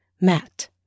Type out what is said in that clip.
Matt